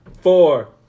four